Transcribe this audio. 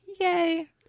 yay